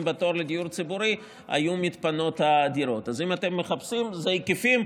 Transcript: ביולוגיים של בני אדם והן מחשיפות סביבתיות